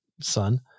son